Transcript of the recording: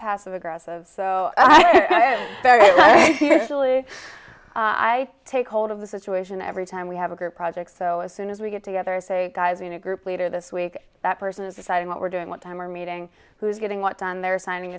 passive aggressive so i actually i take hold of the situation every time we have a group project so as soon as we get together i say guys in a group leader this week that person is deciding what we're doing what time are meeting who's getting what and they're signing